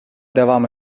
devam